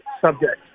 subject